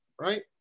right